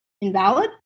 invalid